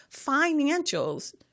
Financials